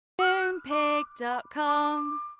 MoonPig.com